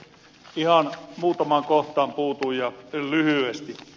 ihan muutamaan kohtaan puutun ja lyhyesti